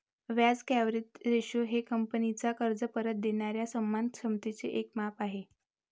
व्याज coverage ratio हे कंपनीचा कर्ज परत देणाऱ्या सन्मान क्षमतेचे एक माप आहे